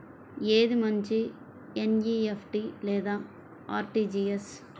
ఏది మంచి ఎన్.ఈ.ఎఫ్.టీ లేదా అర్.టీ.జీ.ఎస్?